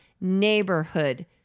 neighborhood